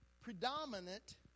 predominant